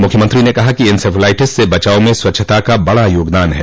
मुख्यमंत्री ने कहा कि इंसेफ्लाइटिस से बचाव में स्वच्छता का बड़ा योगदान है